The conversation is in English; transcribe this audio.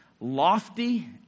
lofty